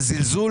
זה זלזול,